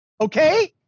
Okay